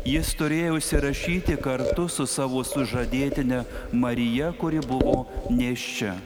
jis turėjo užsirašyti kartu su savo sužadėtine marija kuri buvo nėščia